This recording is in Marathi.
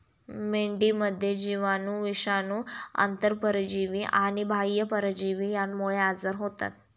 मेंढीमध्ये जीवाणू, विषाणू, आंतरपरजीवी आणि बाह्य परजीवी यांमुळे आजार होतात